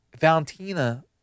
Valentina